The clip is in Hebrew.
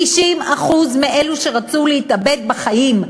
90% מאלה שרצו להתאבד בחיים.